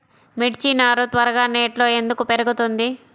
మిర్చి నారు త్వరగా నెట్లో ఎందుకు పెరుగుతుంది?